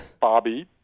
Bobby